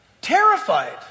terrified